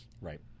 right